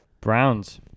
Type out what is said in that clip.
Browns